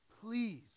please